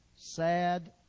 sad